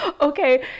Okay